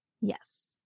Yes